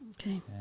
Okay